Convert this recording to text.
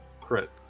Crit